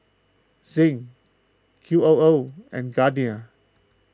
Zinc Q O O and Garnier